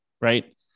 right